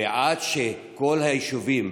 ועד שכל היישובים